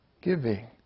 giving